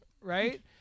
right